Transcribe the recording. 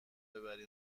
ببری